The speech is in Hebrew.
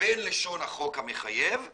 בין לשון החוק המחייבת